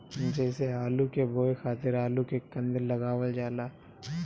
जइसे आलू के बोए खातिर आलू के कंद लगावल जाला